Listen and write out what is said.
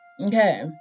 okay